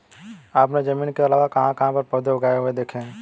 आपने जमीन के अलावा कहाँ कहाँ पर पौधे उगे हुए देखे हैं?